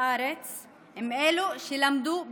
בארץ הם אלו שלמדו בחו"ל.